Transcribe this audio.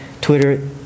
Twitter